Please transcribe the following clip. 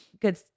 good